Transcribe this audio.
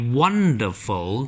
wonderful